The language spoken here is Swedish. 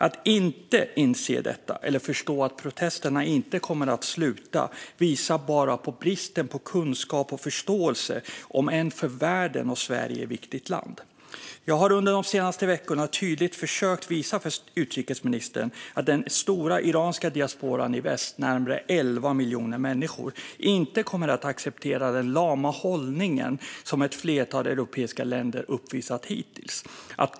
Att inte inse detta eller att inte förstå att protesterna inte kommer att sluta visar bara på bristen på kunskap och förståelse om ett för världen och Sverige viktigt land. Jag har under de senaste veckorna tydligt försökt visa för utrikesministern att den stora iranska diasporan i väst, närmare 11 miljoner människor, inte kommer att acceptera den lama hållning som ett flertal europeiska länder uppvisat hittills.